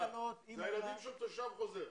אלו ילדים של תושב חוזר.